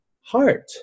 heart